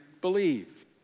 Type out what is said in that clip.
believe